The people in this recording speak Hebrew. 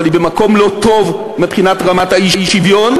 אבל היא במקום לא טוב מבחינת רמת האי-שוויון.